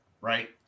right